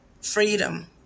freedom